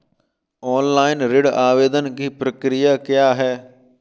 Online ऋण आवेदन की प्रक्रिया क्या है?